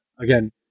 again